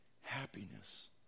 happiness